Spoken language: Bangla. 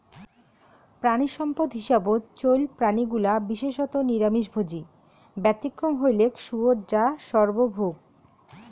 প্রাণীসম্পদ হিসাবত চইল প্রাণীগুলা বিশেষত নিরামিষভোজী, ব্যতিক্রম হইলেক শুয়োর যা সর্বভূক